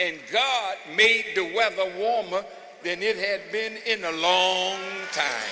god made the weather warmer than it had been in a long time